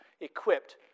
equipped